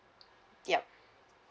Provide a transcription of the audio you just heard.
yup